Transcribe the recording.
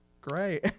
great